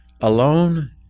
alone